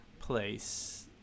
place